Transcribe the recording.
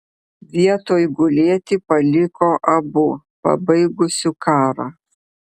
vietoj gulėti paliko abu pabaigusiu karą